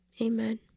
Amen